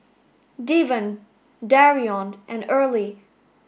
Deven Darion and Earley